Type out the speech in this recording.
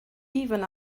even